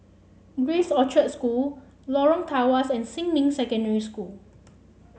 Grace Orchard School Lorong Tawas and Xinmin Secondary School